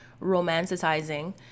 romanticizing